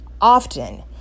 often